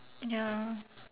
ya